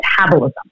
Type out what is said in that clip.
metabolism